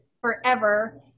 forever